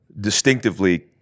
distinctively